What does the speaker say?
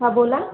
हां बोला